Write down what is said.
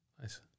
Nice